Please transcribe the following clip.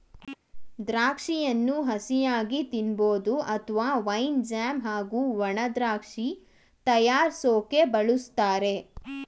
ದ್ರಾಕ್ಷಿಯನ್ನು ಹಸಿಯಾಗಿ ತಿನ್ಬೋದು ಅತ್ವ ವೈನ್ ಜ್ಯಾಮ್ ಹಾಗೂ ಒಣದ್ರಾಕ್ಷಿ ತಯಾರ್ರ್ಸೋಕೆ ಬಳುಸ್ತಾರೆ